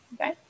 okay